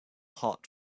hot